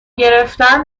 گرفتن